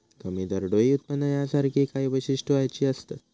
कमी दरडोई उत्पन्न यासारखी काही वैशिष्ट्यो ह्याची असत